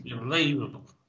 Unbelievable